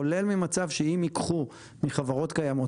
כולל ממצב שאם ייקחו מחברות קיימות,